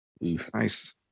Nice